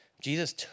Jesus